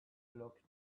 looked